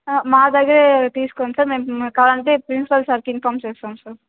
మా దగ్గర తీసుకోండి సార్ మేము కావాలంటే ప్రిన్సిపాల్ సార్కి ఇన్ఫార్మ్ చేస్తాం సార్